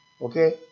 Okay